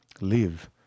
live